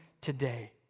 today